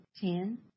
Ten